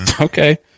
okay